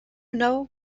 know